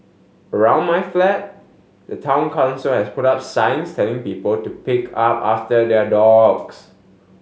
around my flat the Town Council has put up signs telling people to pick up after their dogs